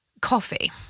Coffee